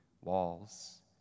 walls